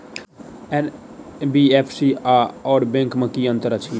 NBFC आओर bank मे की अंतर अछि?